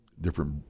different